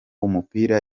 umupira